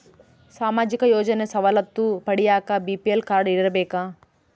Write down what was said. ಸಾಮಾಜಿಕ ಯೋಜನೆ ಸವಲತ್ತು ಪಡಿಯಾಕ ಬಿ.ಪಿ.ಎಲ್ ಕಾಡ್೯ ಇರಬೇಕಾ?